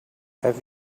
have